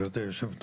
גברתי יושבת הראש,